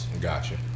Gotcha